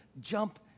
jump